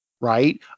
right